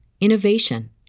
innovation